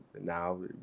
now